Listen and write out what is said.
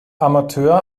amateur